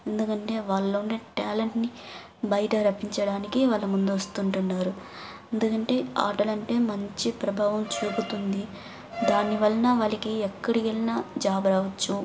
ఎందుకంటే వాళ్లలో ఉండే ట్యాలెంట్ని బయట రప్పించడానికి వాళ్ళు ముందు వస్తుంటున్నారు ఎందుకంటే ఆటలు అంటే మంచి ప్రభావం చూపుతుంది దానివలన వాళ్ళకి ఎక్కడికెళ్ళినా జాబ్ రావచ్చు